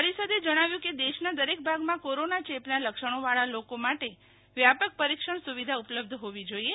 પરિષદે જણાવ્યું કે દેશના દરેક ભાગમાં કોરોના ચેપના લક્ષણોવાળા લોકો માટે વ્યાપક પરિક્ષણ સુવિધા ઉપલબ્ધ હોવી જોઈએ